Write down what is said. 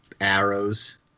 arrows